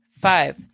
five